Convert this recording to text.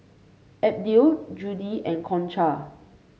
Abdiel Judi and Concha